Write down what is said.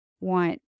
want